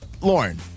Lauren